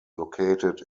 located